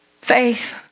Faith